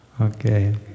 Okay